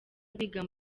abiga